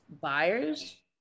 buyers